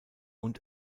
und